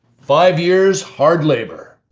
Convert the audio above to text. five years hard labor!